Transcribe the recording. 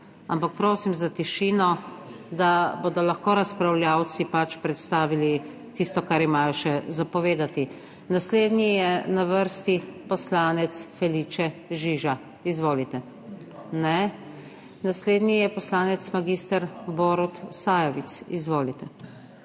ampak prosim za tišino, da bodo lahko razpravljavci pač predstavili tisto, kar imajo še za povedati. Naslednji je na vrsti poslanec Felice Žiža, izvolite. / oglašanje iz dvorane/ Ne? Naslednji je poslanec mag. Borut Sajovic. Izvolite.